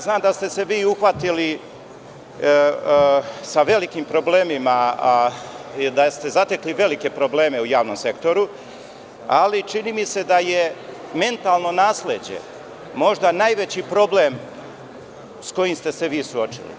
Znam da ste se vi uhvatilisa velikim problemima, da ste zatekli velike probleme u javnom sektoru, ali čini mi se da je mentalno nasleđe možda najveći problem sa kojim ste se vi suočili.